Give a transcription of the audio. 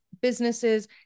businesses